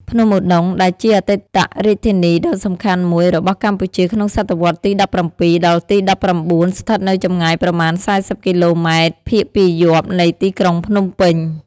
ភ្នំឧដុង្គ ដែលជាអតីតរាជធានីដ៏សំខាន់មួយរបស់កម្ពុជាក្នុងសតវត្សរ៍ទី ១៧ ដល់ទី ១៩ ស្ថិតនៅចំងាយប្រមាណ ៤០ គីឡូម៉ែត្រ ភាគពាយព្យនៃទីក្រុងភ្នំពេញ។